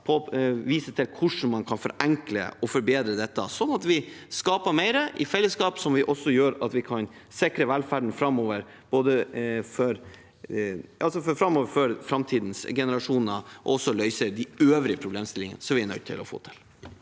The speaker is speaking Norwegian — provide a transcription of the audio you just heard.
å vise til hvordan man kan forenkle og forbedre dette, sånn at vi skaper mer i fellesskap. Det gjør at vi kan sikre velferden for framtidens generasjoner og løse de øvrige problemstillingene som vi er nødt til å få til.